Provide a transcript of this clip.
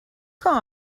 quand